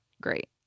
Great